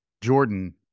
Jordan